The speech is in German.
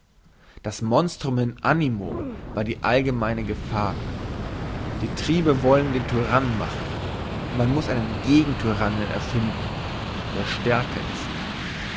das monstrum in animo war die allgemeine gefahr die triebe wollen den tyrannen machen man muss einen gegentyrannen erfinden der stärker ist